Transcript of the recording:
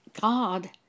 God